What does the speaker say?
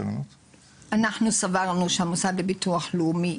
אנחנו סברנו שהמוסד לביטוח לאומי,